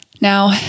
Now